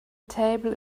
table